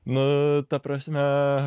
nu ta prasme